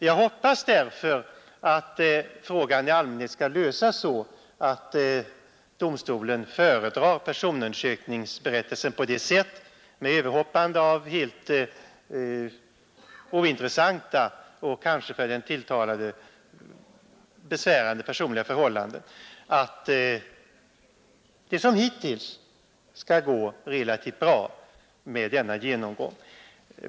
Jag hoppas därför att frågan i allmänhet skall lösas så att domstolen föredrar 121 personundersökningsberättelsen med överhoppande av helt ointressanta och kanske för den tilltalade obehagliga personliga förhållanden. Jag tror att det skall gå relativt bra med en sådan genomgång, liksom det har gjort hittills.